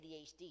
ADHD